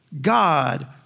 God